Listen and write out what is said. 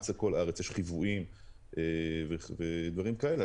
הצוות הזה רץ בכל הארץ, יש חיוויים ודברים כאלה.